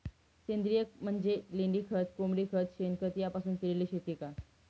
सेंद्रिय म्हणजे लेंडीखत, कोंबडीखत, शेणखत यापासून केलेली शेती का?